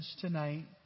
tonight